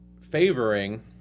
favoring